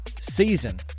season